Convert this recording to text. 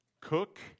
cook